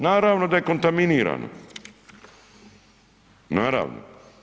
Naravno da je kontaminirano, naravno.